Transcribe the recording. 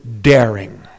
daring